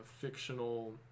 fictional